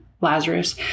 Lazarus